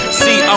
see